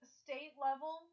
state-level